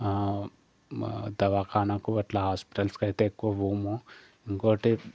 మ దవాఖానాకు అట్ల హాస్పిటల్స్కు అయితే ఎక్కువ పోము ఇంకోటి